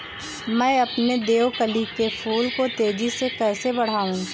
मैं अपने देवकली के फूल को तेजी से कैसे बढाऊं?